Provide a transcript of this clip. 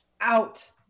out